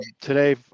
Today